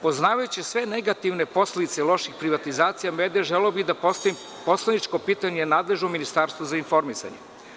Poznavajući sve negativne posledice loših privatizacija medija, želeo bih da postavim poslaničko pitanje nadležnom Ministarstvu za informisanje.